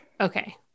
Okay